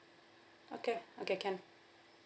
okay okay can